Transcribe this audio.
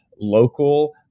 local